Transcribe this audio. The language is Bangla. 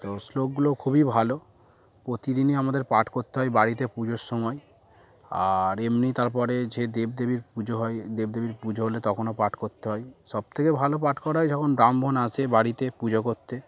তো শ্লোকগুলো খুবই ভালো প্রতিদিনই আমাদের পাঠ করতে হয় বাড়িতে পুজোর সময় আর এমনি তার পরে যে দেবদেবীর পুজো হয় দেবদেবীর পুজো হলে তখনও পাঠ করতে হয় সবথেকে ভালো পাঠ করা হয় যখন ব্রাহ্মণ আসে বাড়িতে পুজো করতে